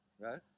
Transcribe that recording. right